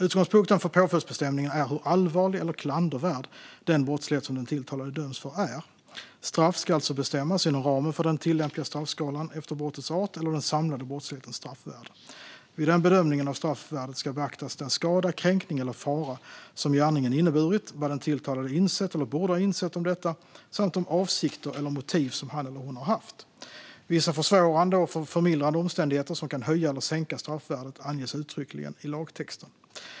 Utgångspunkten för påföljdsbestämningen är hur allvarlig eller klandervärd den brottslighet som den tilltalade döms för är. Straff ska alltså bestämmas inom ramen för den tillämpliga straffskalan efter brottets eller den samlade brottslighetens straffvärde. Vid bedömningen av straffvärdet ska beaktas den skada, kränkning eller fara som gärningen inneburit, vad den tilltalade insett eller borde ha insett om detta samt de avsikter eller motiv som han eller hon haft. Vissa försvårande och förmildrande omständigheter som kan höja eller sänka straffvärdet anges uttryckligen i lagtexten.